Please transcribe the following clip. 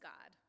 God